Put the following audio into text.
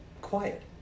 quiet